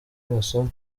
amasomo